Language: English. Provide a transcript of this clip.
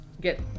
get